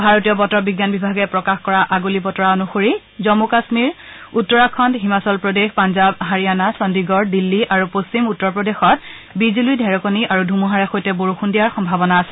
ভাৰতীয় বতৰ বিজ্ঞান বিভাগে প্ৰকাশ কৰা আগলি বতৰা অনুসৰি জমূ কাশ্মীৰ উত্তৰাখণ্ড হিমাচল প্ৰদেশ পঞ্জাব হাৰিয়ানা চণ্ডীগড় দিন্নী আৰু পশ্চিম উত্তৰ প্ৰদেশত বিজুলী ঢেৰেকনি আৰু ধুমুহাৰে সৈতে বৰষুণ দিয়াৰ সম্ভাৱনা আছে